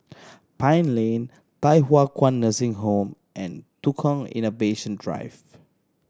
Pine Lane Thye Hua Kwan Nursing Home and Tukang Innovation Drive